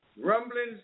rumblings